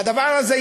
והדבר הזה,